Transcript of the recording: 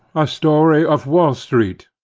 a story of wall-street.